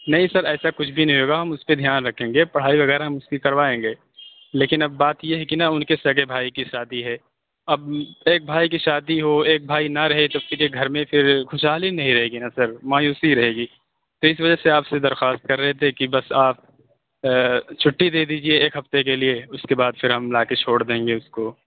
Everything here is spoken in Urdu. نہیں سر ایسا کچھ نہیں ہوگا ہم اُس پہ دھیان رکھیں گے پڑھائی وغیرہ ہم اُس کی کروائیں گے لیکن اب بات یہ ہے کہ نا اُن کے سگے بھائی کی شادی ہے اب ایک بھائی کی شادی ہو ایک بھائی نہ رہے تو پھر ایک گھر میں پھر خوشحالی نہیں رہے گی نا سر مایوسی رہے گی تو اِس وجہ سے آپ سے درخواست کر رہے تھے کہ بس آپ چُھٹی دے دیجیے ایک ہفتے کے لیے اُس کے بعد پھر ہم لا کے چھوڑ دیں گے اُس کو